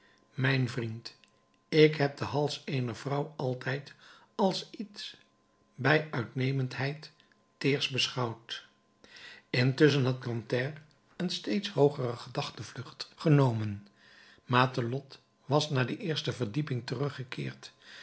mijn vriend ik heb den hals eener vrouw altijd als iets bij uitnemendheid teers beschouwd intusschen had grantaire een steeds hoogere gedachtenvlucht genomen matelotte was naar de eerste verdieping teruggekeerd